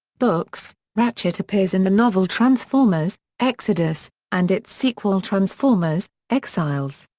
books ratchet appears in the novel transformers exodus, and its sequel transformers exiles.